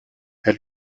elle